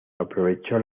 aprovechó